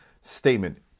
statement